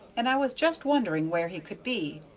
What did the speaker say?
and i was just wondering where he could be,